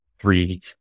three